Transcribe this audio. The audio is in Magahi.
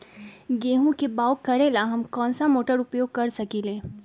गेंहू के बाओ करेला हम कौन सा मोटर उपयोग कर सकींले?